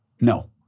No